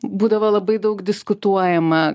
būdavo labai daug diskutuojama